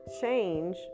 change